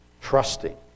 trusting